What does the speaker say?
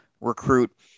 recruit